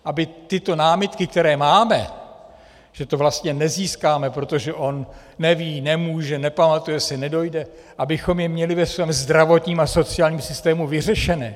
Aby tyto námitky, které máme, že to vlastně nezískáme, protože on neví, nemůže, nepamatuje si, nedojde, abychom je měli ve svém zdravotním a sociálním systému vyřešené.